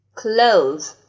clothes